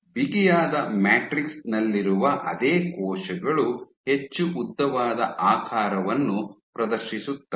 ಬಿಗಿಯಾದ ಮ್ಯಾಟ್ರಿಕ್ಸ್ ನಲ್ಲಿರುವ ಅದೇ ಕೋಶಗಳು ಹೆಚ್ಚು ಉದ್ದವಾದ ಆಕಾರವನ್ನು ಪ್ರದರ್ಶಿಸುತ್ತವೆ